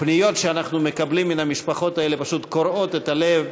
פניות שאנחנו מקבלים מן המשפחות האלה פשוט קורעות את הלב,